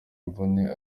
imvune